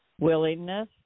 willingness